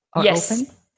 Yes